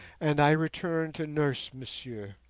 and i return to nurse monsieur